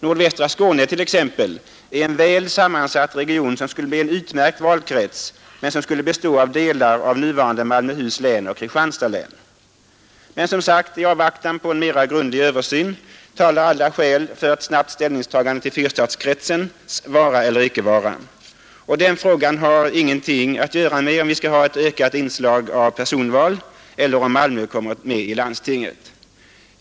Nordvästra Skåne t.ex. är en väl sammansatt region som skulle bli en utmärkt valkrets men som skulle bestå av delar av nuvarande Malmöhus län och Kristianstads län. Men, som sagt, i avvaktan på en mera grundlig översyn talar alla skäl för ett snabbt ställningstagande till fyrstadskretsens vara eller icke vara. Och den frågan har ingenting att göra med om vi skall ha ett ökat inslag av personval eller om Malmö kommer med i landstinget.